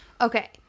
Okay